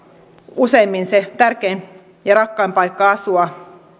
useimmin se tärkein ja rakkain paikka asua